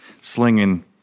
slinging